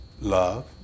love